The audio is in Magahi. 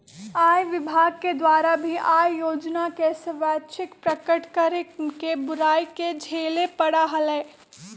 आय विभाग के द्वारा भी आय योजना के स्वैच्छिक प्रकट करे के बुराई के झेले पड़ा हलय